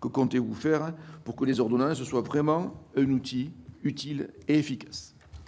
Que comptez-vous faire, monsieur le secrétaire d'État, pour que les ordonnances soient un outil vraiment utile et efficace ?